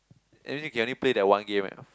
that means you can only play that one game eh